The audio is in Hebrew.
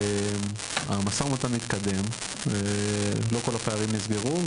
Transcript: המשא ומתן מתקדם אך לא כל הפערים נסגרו.